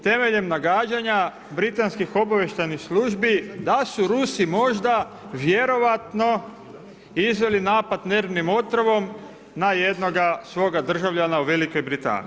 Temeljem nagađanja britanskih obavještajnih službi da su Rusi možda vjerovatno izveli napad nervnim otrovom na jednoga svoga državna u Velikoj Britaniji.